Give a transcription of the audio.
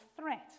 threat